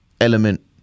element